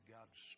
God's